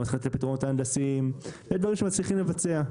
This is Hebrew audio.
לא מצליחים לתת את הפתרונות ההנדסיים ויש דברים שמצליחים לבצע.